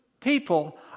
people